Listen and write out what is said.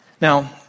Now